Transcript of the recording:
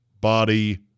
body